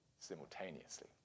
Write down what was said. simultaneously